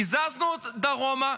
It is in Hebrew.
הזזנו אותו דרומה,